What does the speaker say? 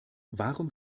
warum